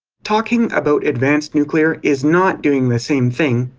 talking about advanced nuclear is not doing the same thing,